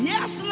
Yes